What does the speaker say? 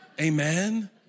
Amen